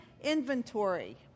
inventory